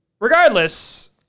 Regardless